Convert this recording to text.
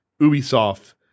Ubisoft